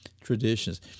Traditions